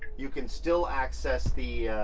you can still access the